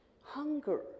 hunger